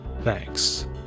Thanks